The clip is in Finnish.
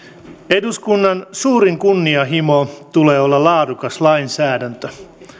eduskunnan suurimman kunnianhimon tulee olla laadukas lainsäädäntö